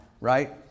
right